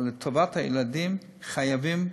אבל לטובת הילדים חייבים